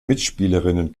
mitspielerinnen